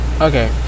Okay